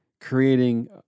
creating